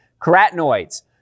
Carotenoids